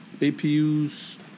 APU's